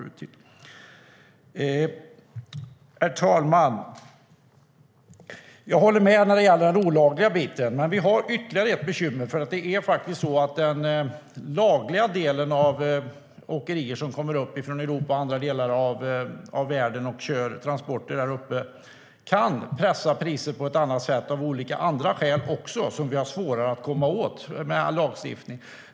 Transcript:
Herr talman! Jag håller med när det gäller den olagliga biten. Men vi har ytterligare ett bekymmer när det gäller den lagliga delen av de åkerier som kommer från Europa och andra delar av världen. De kör transporter här och kan pressa priser av olika andra skäl som vi har svårare att komma åt genom lagstiftning.